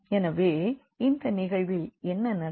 எனவே இந்த நிகழ்வில் என்ன நடக்கும்